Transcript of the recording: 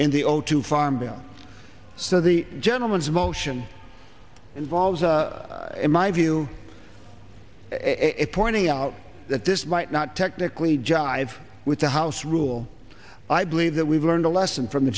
in the old two farm bill so the aman's motion involved in my view it pointing out that this might not technically jive with the house rule i believe that we've learned a lesson from the